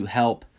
help